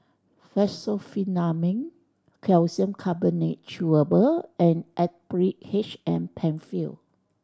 Fexofenadine Calcium Carbonate Chewable and Actrapid H M Penfill